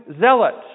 zealots